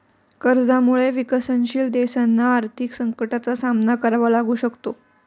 कर्जामुळे विकसनशील देशांना आर्थिक संकटाचा सामना करावा लागू शकतो